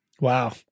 Wow